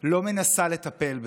לא מנסה לטפל בזה,